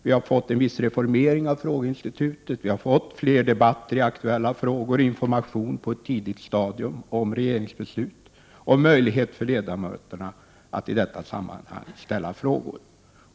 Vi har fått till stånd en viss reformering av frågeinstitutet, vi har fått fler debatter i aktuella frågor, information på ett tidigt stadium om regeringsbeslut och möjligheter för ledamöterna att i detta sammanhang ställa frågor.